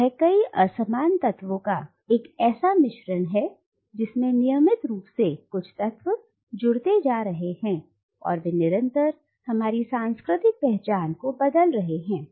यह कई असमान तत्वों का एक ऐसा मिश्रण है जिसमें नियमित रूप से कुछ तत्व जुड़ते जा रहे हैं और वे निरंतर हमारी सांस्कृतिक पहचान को बदल रहे हैं